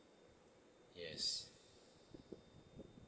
yes